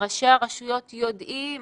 ראשי הרשויות יודעים